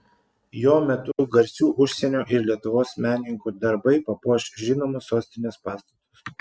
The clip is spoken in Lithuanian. jo metu garsių užsienio ir lietuvos menininkų darbai papuoš žinomus sostinės pastatus